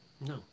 No